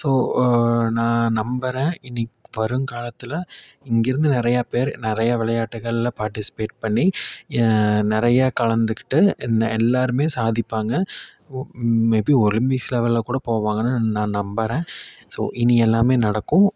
so நான் நம்பறேன் இனி வருங்காலத்தில் இங்கேருந்து நிறையா பேர் நிறையா விளையாட்டுகளில் பார்டிஸ்பெட் பண்ணி நிறைய கலந்துக்கிட்டு என்ன எல்லாருமே சாதிப்பாங்க மேபி ஒலிம்பிக்ஸ் லெவலில் கூட போவாங்கன்னு நான் நம்பறேன் ஸோ இனி எல்லாமே நடக்கும்